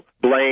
blame